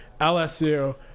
LSU